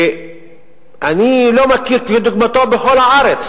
שאני לא מכיר כדוגמתו בכל הארץ,